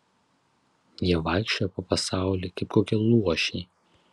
jie vaikščioja po pasaulį kaip kokie luošiai